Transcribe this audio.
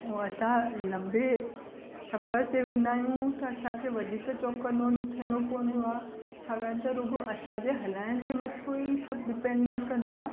ऐं असां लंबे सफ़र ते वेंदा आहियूं त असांखे वधीक चौकनो थियणो पवंदो आहे छाकाणि त रुगो असांजे हलाइण जे मथों ई सब डिपेंड न कंदो आहे